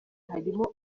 harimo